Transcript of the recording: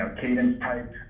cadence-type